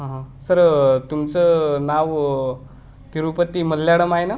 हां हा सर तुमचं नाव तिरूपती मल्याळम आहे नां